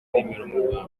nimero